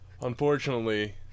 unfortunately